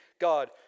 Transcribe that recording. God